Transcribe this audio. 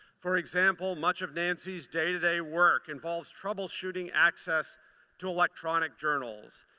for example, much of nancy's day-to-day work involves troubleshooting access to electronic journals.